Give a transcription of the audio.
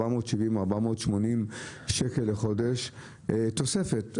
470 או 480 שקל לחודש תוספת.